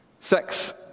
Sex